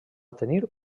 tenir